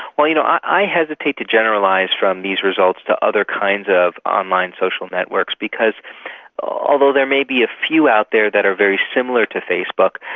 you know i hesitate to generalise from these results to other kinds of online social networks because although there may be a few out there that are very similar to facebook,